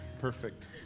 Perfect